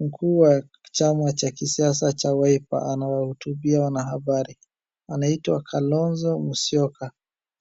Mkuu wa chama cha kisiasa cha wiper anawahutubia wanahabari anaitwa Kalonzo Musyoka.